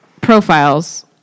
profiles